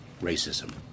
racism